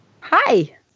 hi